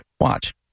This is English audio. Watch